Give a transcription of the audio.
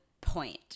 point